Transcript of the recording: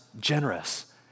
generous